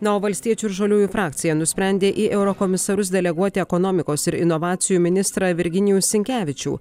na o valstiečių ir žaliųjų frakcija nusprendė į eurokomisarus deleguoti ekonomikos ir inovacijų ministrą virginijų sinkevičių